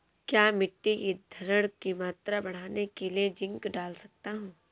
क्या मिट्टी की धरण की मात्रा बढ़ाने के लिए जिंक डाल सकता हूँ?